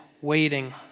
waiting